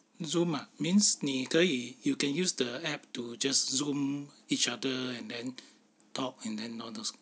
zoom ah means 你可以 you can use the app to just zoom each other and then talk and then all those